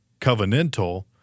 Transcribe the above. covenantal